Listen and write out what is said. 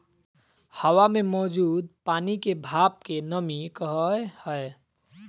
हवा मे मौजूद पानी के भाप के नमी कहय हय